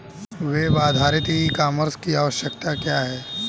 Web आधारित e commerce की आवश्यकता क्या है?